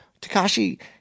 Takashi